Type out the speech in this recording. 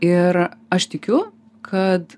ir aš tikiu kad